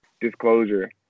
disclosure